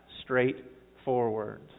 straightforward